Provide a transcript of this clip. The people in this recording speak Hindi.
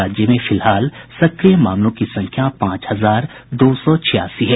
राज्य में फिलहाल सक्रिय मामलों की संख्या पांच हजार दो सौ छियासी है